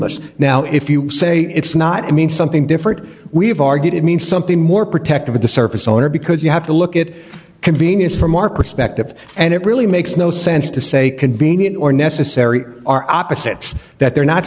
us now if you say it's not i mean something different we have argued it means something more protective of the surface owner because you have to look at convenience from our perspective and it really makes no sense to say convenient or necessary are opposites that they're not